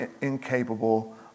incapable